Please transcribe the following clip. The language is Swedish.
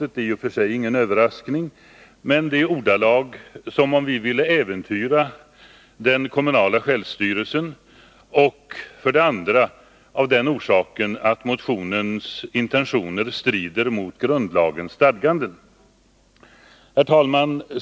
Det är i och för sig ingen överraskning, men det görs i ordalag som antyder att vi skulle vilja äventyra den kommunala självstyrelsen. Den avstyrks också av den orsaken att motionens intentioner strider mot grundlagens stadganden. Herr talman!